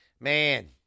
Man